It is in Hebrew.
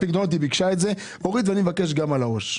נכון, היא ריבית יומית, היא ריבית יותר נמוכה.